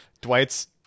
dwight's